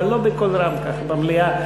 אבל לא בקול רם כך במליאה.